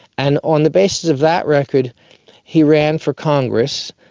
and on the basis of that record he ran for congress.